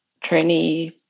trainee